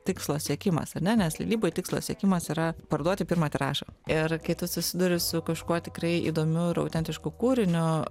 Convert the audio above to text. tikslo siekimas ar ne nes leidyboj tikslas siekimas yra parduoti pirmą tiražą ir kai tu susiduri su kažkuo tikrai įdomiu ir autentišku kūriniu